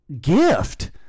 gift